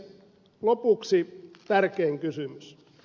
lopuksi tärkein kysymys